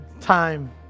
time